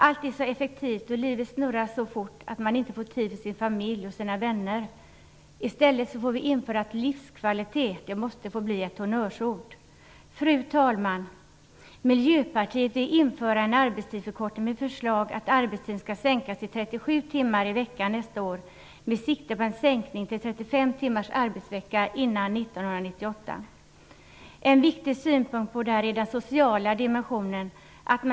Allt är så effektivt och livet snurrar så fort att man inte får tid för sin familj och sina vänner. Vi får i stället införa livskvalitet som ett honnörsord. Fru talman! Miljöpartiet vill införa en arbetstidsförkortning. Vi föreslår att arbetstiden skall sänkas till 37 timmar i veckan nästa år med sikte på en sänkning till 35 timmars arbetsvecka innan 1998. En viktig synpunkt på detta är den sociala dimensionen.